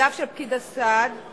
תפקידיו של פקיד הסעד הם להגן,